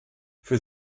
für